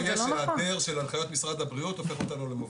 זה שיש היעדר של הנחיות משרד הבריאות הופך אותנו למובילים.